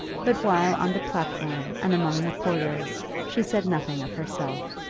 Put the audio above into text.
but while on the platform and among the porters she said nothing of herself.